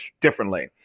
differently